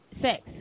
sex